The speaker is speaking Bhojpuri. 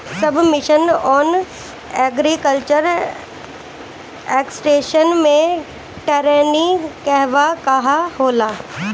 सब मिशन आन एग्रीकल्चर एक्सटेंशन मै टेरेनीं कहवा कहा होला?